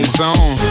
zone